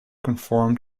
conform